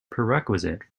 prerequisite